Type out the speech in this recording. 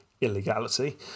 illegality